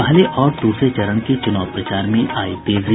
पहले और दूसरे चरण के चुनाव प्रचार में आयी तेजी